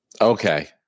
Okay